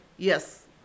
Yes